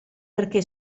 perché